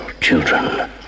children